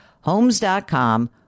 Homes.com